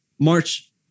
March